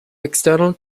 external